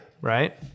right